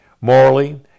morally